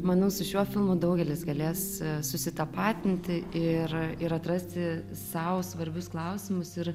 manau su šiuo filmu daugelis galės susitapatinti ir ir atrasti sau svarbius klausimus ir